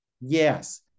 Yes